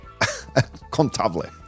Contable